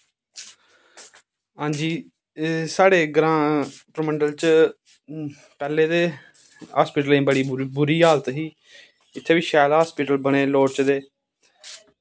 हां जी साढ़े ग्रांऽ परमंडल च पैह्लें ते हस्पिटलें दी बड़ी बुरी हालत ही उत्थें बी हस्पिटल बने लोड़चदे